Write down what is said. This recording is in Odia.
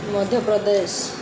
ମଧ୍ୟପ୍ରଦେଶ